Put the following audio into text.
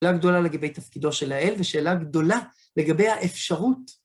שאלה גדולה לגבי תפקידו של האל, ושאלה גדולה לגבי האפשרות.